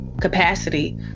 capacity